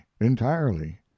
entirely